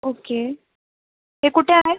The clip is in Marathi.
ओके ही कुठं आहे